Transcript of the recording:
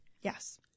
Yes